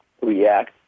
react